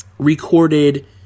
recorded